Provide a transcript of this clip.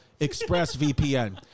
ExpressVPN